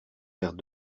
verre